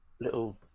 little